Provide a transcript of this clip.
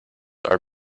are